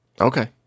Okay